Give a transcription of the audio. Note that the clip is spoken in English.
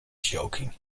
joking